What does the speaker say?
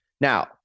Now